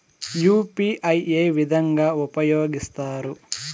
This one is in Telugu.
యు.పి.ఐ ఏ విధంగా ఉపయోగిస్తారు?